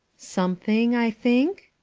something, i think?